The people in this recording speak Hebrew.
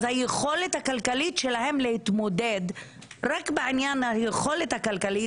היכולת הכלכלית שלהן להתמודד רק בעניין היכולת הכלכלית,